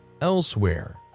elsewhere